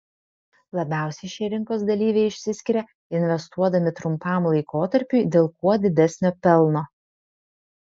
labiausiai šie rinkos dalyviai išsiskiria investuodami trumpam laikotarpiui dėl kuo didesnio pelno